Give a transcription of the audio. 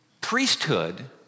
priesthood